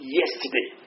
yesterday